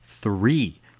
three